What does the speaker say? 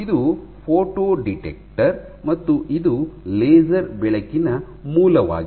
ಇದು ಫೋಟೊಡೆಕ್ಟರ್ ಮತ್ತು ಇದು ಲೇಸರ್ ಬೆಳಕಿನ ಮೂಲವಾಗಿದೆ